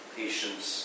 patience